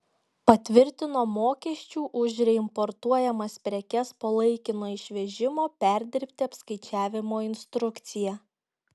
patvirtino mokesčių už reimportuojamas prekes po laikino išvežimo perdirbti apskaičiavimo instrukciją